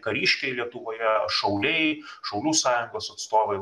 kariškiai lietuvoje šauliai šaulių sąjungos atstovai